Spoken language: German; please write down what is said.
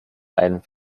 einem